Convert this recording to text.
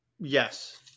Yes